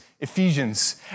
Ephesians